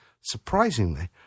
Surprisingly